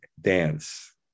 dance